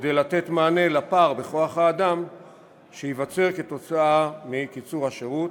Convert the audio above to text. כדי לתת מענה לפער בכוח-האדם שייווצר מקיצור השירות,